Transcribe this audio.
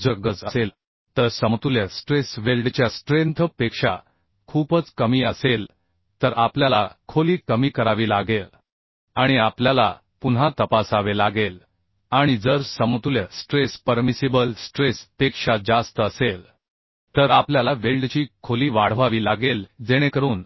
जर गरज असेल तर समतुल्य स्ट्रेस वेल्डच्या स्ट्रेंथ पेक्षा खूपच कमी असेल तर आपल्याला खोली कमी करावी लागेल आणि आपल्याला पुन्हा तपासावे लागेल आणि जर समतुल्य स्ट्रेस परमिसिबल स्ट्रेस पेक्षा जास्त असेल तर आपल्याला वेल्डची खोली वाढवावी लागेल जेणेकरून